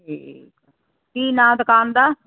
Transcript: ਠੀਕ ਕੀ ਨਾਂ ਦੁਕਾਨ ਦਾ